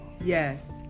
Yes